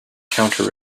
counter